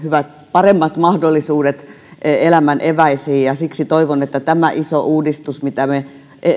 paremmat mahdollisuudet elämän eväisiin siksi toivon että tämä iso uudistus mitä me